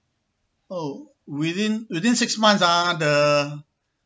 oh within within six months ah the